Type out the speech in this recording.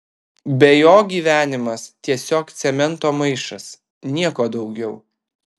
be jo gyvenimas tiesiog cemento maišas nieko daugiau